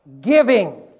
Giving